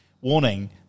warning